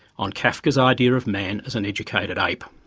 on kafka's idea of man as an educated ape.